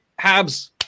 Habs